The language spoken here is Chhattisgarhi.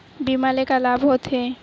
बीमा ले का लाभ होथे?